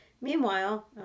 Meanwhile